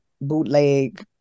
bootleg